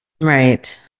Right